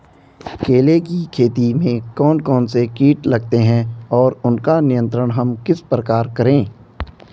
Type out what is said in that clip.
केले की खेती में कौन कौन से कीट लगते हैं और उसका नियंत्रण हम किस प्रकार करें?